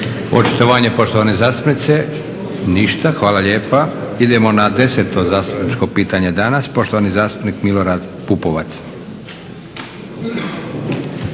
Očitovanje poštovane zastupnice. Ništa. Hvala lijepa. Idemo na 10.zastupničko pitanje danas, poštovani zastupnik Milorad Pupovac.